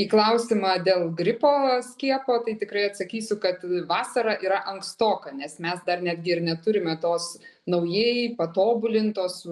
į klausimą dėl gripo skiepo tai tikrai atsakysiu kad vasara yra ankstoka nes mes dar netgi ir neturime tos naujai patobulintos